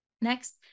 Next